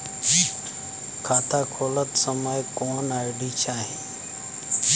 खाता खोलत समय कौन आई.डी चाही?